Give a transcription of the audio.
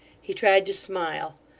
he tried to smile,